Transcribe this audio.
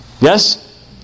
Yes